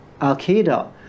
Al-Qaeda